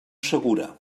segura